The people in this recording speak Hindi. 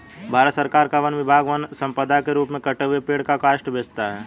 भारत सरकार का वन विभाग वन सम्पदा के रूप में कटे हुए पेड़ का काष्ठ बेचता है